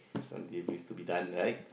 a Sunday race to be done right